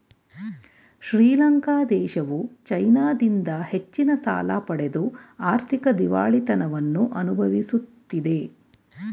ಶ್ರೀಲಂಕಾ ದೇಶವು ಚೈನಾದಿಂದ ಹೆಚ್ಚಿನ ಸಾಲ ಪಡೆದು ಆರ್ಥಿಕ ದಿವಾಳಿತನವನ್ನು ಅನುಭವಿಸುತ್ತಿದೆ